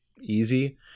easy